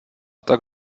tak